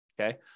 okay